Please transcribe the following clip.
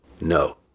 No